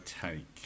Take